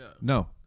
no